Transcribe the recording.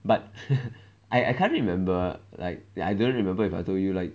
but I can't remember like I don't remember if I told you like